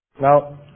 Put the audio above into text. Now